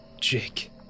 Jake